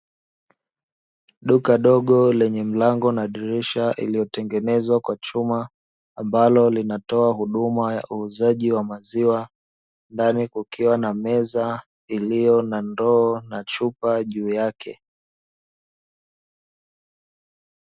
Duka dogo lenye mlango na dirisha iliyotengenezwa kwa chuma ambalo linatoa huduma ya uuzaji wa maziwa ndani kukiwa na meza iliyo na ndoo na chupa juu yake.